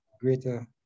greater